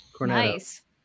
Nice